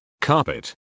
carpet